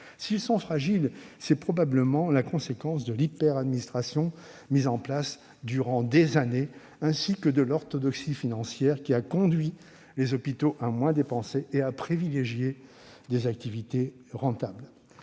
S'ils sont fragiles, c'est probablement la conséquence de l'hyperadministration mise en place durant des années, ainsi que de l'orthodoxie financière qui a conduit les hôpitaux à moins dépenser et à privilégier les activités rentables.